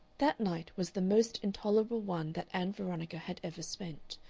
that night was the most intolerable one that ann veronica had ever spent.